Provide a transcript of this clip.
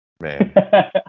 man